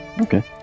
Okay